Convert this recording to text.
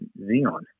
Xenon